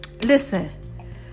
listen